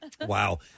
Wow